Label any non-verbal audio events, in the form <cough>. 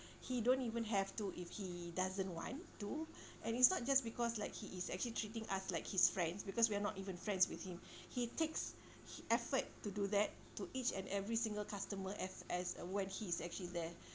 he don't even have to if he doesn't want to and it's not just because like he is actually treating us like his friends because we are not even friends with him <breath> he takes effort to do that to each and every single customer as as when he's actually there